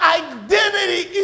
identity